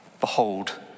Behold